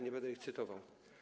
Nie będę ich cytował.